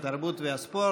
התרבות והספורט.